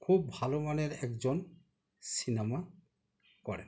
খুব ভালো মানের একজন সিনেমা করেন